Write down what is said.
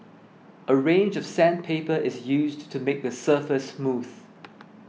a range of sandpaper is used to make the surface smooth